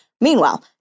Meanwhile